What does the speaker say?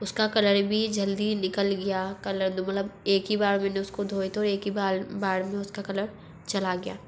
उसका कलर भी जल्दी निकल गया कलर मतलब एक ही बार मैंने उसको धोए धोए एक ही बार बार में उसका कलर चला गया